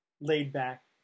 laid-back